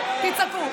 מיליארד שקל.